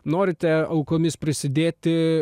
norite aukomis prisidėti